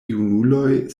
junuloj